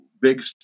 big